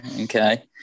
Okay